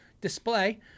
display